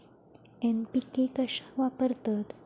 NPK कशाक वापरतत?